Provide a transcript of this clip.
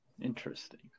Interesting